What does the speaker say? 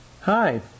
Hi